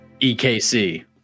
EKC